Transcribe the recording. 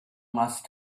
must